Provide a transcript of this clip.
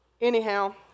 anyhow